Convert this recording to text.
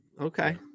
Okay